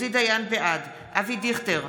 בעד אבי דיכטר,